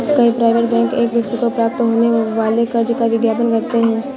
कई private bank एक व्यक्ति को प्राप्त होने वाले कर्ज का विज्ञापन करते हैं